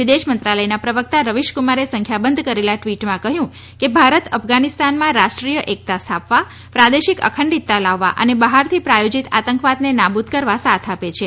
વિદેશ મંત્રાલયના પ્રવકતા રવિશકુમારે સંખ્યાબંધ કરેલા ટવીટમાં કહયું કે ભારત અફઘાનીસ્તાનમાં રાષ્ટ્રીય એકતા સ્થાપવા પ્રાદેશિક અખંડિતતા લાવવા અને બહારથી પ્રાયોજિત આતંકવાદને નાબુદ કરવા સાથ આપે છે